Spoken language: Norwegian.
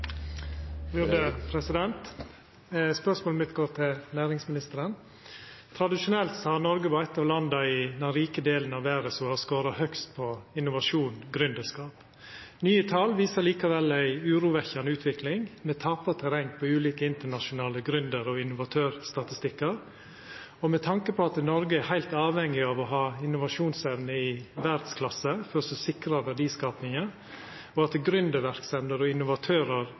Spørsmålet mitt går til næringsministeren. Tradisjonelt har Noreg vore eit av dei landa i den rike delen av verda som har scora høgast når det gjeld innovasjon og gründerskap. Nye tal viser likevel ei urovekkjande utvikling. Me tapar terreng på ulike internasjonale gründer- og innovatørstatistikkar. Med tanke på at Noreg er heilt avhengig av å ha innovasjonsevne i verdsklassa for å sikra verdiskapinga, og at gründerverksemder og innovatørar